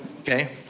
Okay